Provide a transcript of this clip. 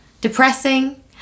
depressing